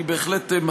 אני בהחלט מסכים.